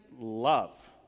love